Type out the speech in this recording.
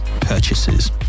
purchases